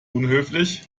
unhöflich